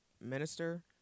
minister